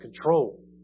control